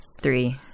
Three